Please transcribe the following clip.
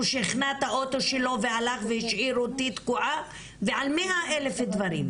שהחנה את האוטו שלו והלך והשאיר אותי תקועה ועל 100,000 דברים.